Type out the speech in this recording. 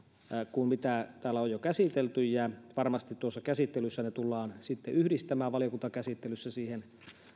kuin mitä täällä on jo käsitelty ja varmasti tuossa valiokuntakäsittelyssä ne tullaan sitten yhdistämään siihen